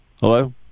Hello